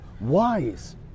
wise